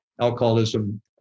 alcoholism